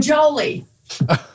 Jolie